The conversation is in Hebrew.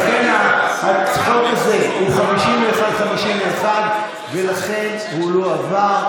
לכן החוק הזה הוא 51:51, ולכן הוא לא עבר.